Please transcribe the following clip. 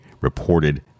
reported